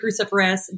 cruciferous